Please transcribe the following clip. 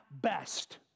best